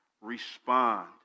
Respond